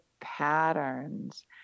patterns